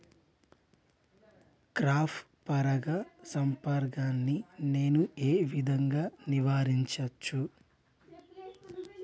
Cross పరాగ సంపర్కాన్ని నేను ఏ విధంగా నివారించచ్చు?